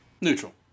Neutral